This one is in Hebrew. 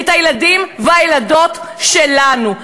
את הילדים והילדות שלנו.